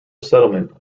settlement